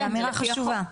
זו אמירה חשובה.